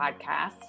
podcast